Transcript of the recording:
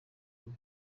imwe